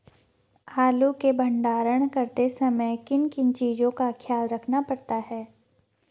आलू के भंडारण करते समय किन किन चीज़ों का ख्याल रखना पड़ता है?